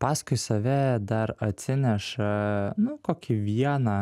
paskui save dar atsineša nu kokį vieną